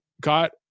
got